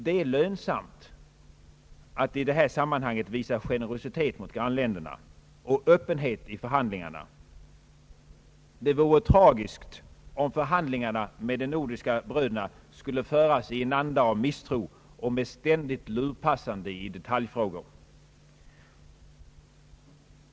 Det är lönsamt att i detta sammanhang visa generositet mot grannländerna och öppenhet i förhandlingarna. Det vore tragiskt om förhandlingarna med de nordiska bröderna skulle föras i en anda av misstro och med ständigt lurpassande i detaljfrågor.